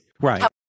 right